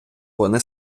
вони